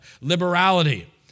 liberality